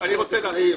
שהוא יבוא להיות טכנאי,